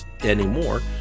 anymore